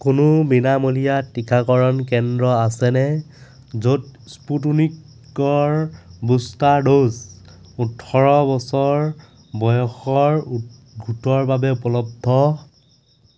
কোনো বিনামূলীয়া টিকাকৰণ কেন্দ্ৰ আছেনে য'ত স্পুটুনিকৰ বুষ্টাৰ ড'জ ওঠৰ বছৰ বয়সৰ গোট গোটৰ বাবে উপলব্ধ